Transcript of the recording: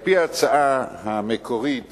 על-פי ההצעה המקורית